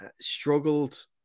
struggled